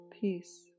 peace